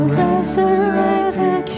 resurrected